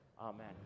Amen